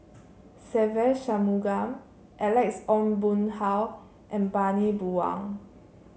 Se Ve Shanmugam Alex Ong Boon Hau and Bani Buang